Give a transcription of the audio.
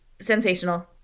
Sensational